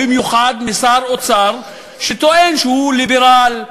במיוחד משר אוצר שטוען שהוא ליברל,